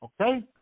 Okay